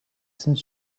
saint